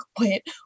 wait